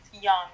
young